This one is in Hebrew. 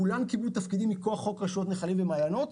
כולן קיבלו תפקידים מכוח חוק רשויות נחלים ומעיינות,